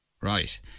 Right